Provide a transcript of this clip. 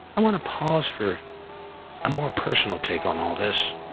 i want to pause for a more personal take on all this,